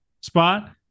spot